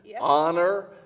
honor